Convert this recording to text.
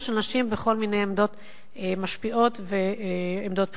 של נשים בכל מיני עמדות משפיעות ועמדות בחירה.